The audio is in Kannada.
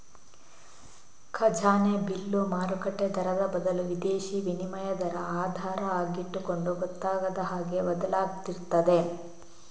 ಖಜಾನೆ ಬಿಲ್ಲು ಮಾರುಕಟ್ಟೆ ದರದ ಬದಲು ವಿದೇಶೀ ವಿನಿಮಯ ದರ ಆಧಾರ ಆಗಿಟ್ಟುಕೊಂಡು ಗೊತ್ತಾಗದ ಹಾಗೆ ಬದಲಾಗ್ತಿರ್ತದೆ